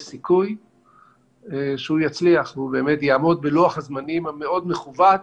יש סיכוי שהוא יצליח ובאמת יעמוד בלוח הזמנים המאוד מכווץ